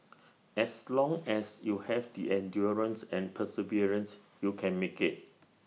as long as you have the endurance and perseverance you can make IT